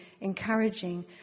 encouraging